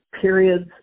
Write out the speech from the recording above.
periods